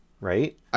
right